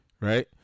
Right